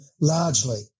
largely